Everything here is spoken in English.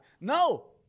No